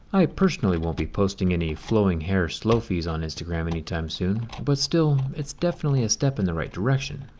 i personally won't be posting any flowing hair selfies on instagram any time soon. but still, it's definitely a step in the right direction.